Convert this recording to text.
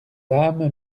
âmes